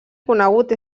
conegut